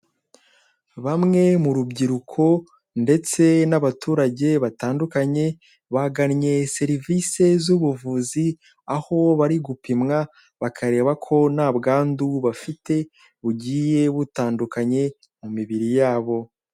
Bamwe mu rubyiruko ndetse n'abaturage batandukanye, bagannye serivisi z'ubuvuzi, aho bari gupimwa bakareba ko nta mbwandu bafite bugiye bitandukanye mu mibiri yabo.